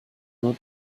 nur